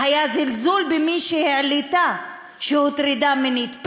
היה זלזול במי שהעלתה שהוטרדה מינית.